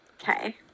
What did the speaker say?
Okay